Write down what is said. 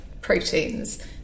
proteins